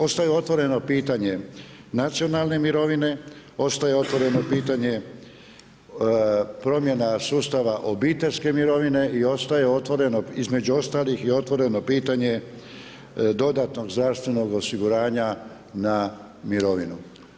Ostaje otvoreno pitanje nacionalne mirovine, ostaje otvoreno pitanje promjena sustava obiteljske mirovine i ostaje otvoreno, između ostalih i otvoreno pitanje dodatnog zdravstvenog osiguranja na mirovinu.